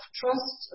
trust